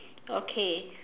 okay